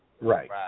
Right